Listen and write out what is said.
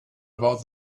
about